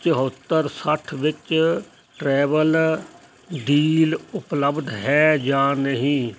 ਚੌਹੱਤਰ ਸੱਠ ਵਿੱਚ travel deal ਉਪਲੱਬਧ ਹੈ ਜਾਂ ਨਹੀਂ